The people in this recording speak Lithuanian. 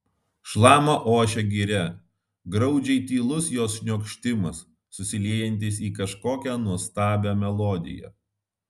šlama ošia giria graudžiai tylus jos šniokštimas susiliejantis į kažkokią nuostabią melodiją